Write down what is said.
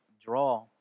draw